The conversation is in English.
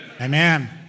Amen